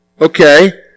okay